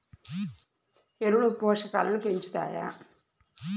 ఎరువులు పోషకాలను పెంచుతాయా?